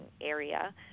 area